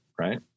Right